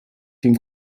dem